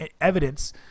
evidence